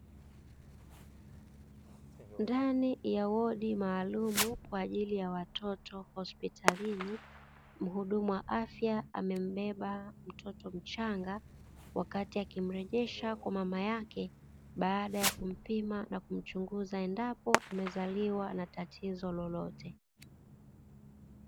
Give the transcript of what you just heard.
Ndani ya wodi maalumu kwa ajili ya watoto hospitalini, mhudumu wa afya amembeba mtoto mchanga, wakati akimrejesha kwa mama yake baada ya kumpima na kumchunguza endapo amezaliwa na tatizo lolote.